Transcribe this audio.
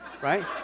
right